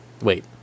wait